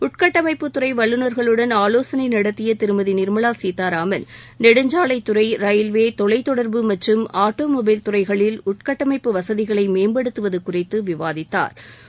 உள் கட்டமைப்பு துறை வல்லுநர்களுடன் ஆலோசனை நடத்திய திருமதி நிர்மலா சீதாராமன் நெடுஞ்சாலைத்துறை ரயில்வே தொலைத்தொடர்பு மற்றும் ஆட்டோமொபைல் துறைகளில் உள்கட்டமைப்பு வசதிகளை மேம்படுத்துவது குறித்து விவாதித்தாா்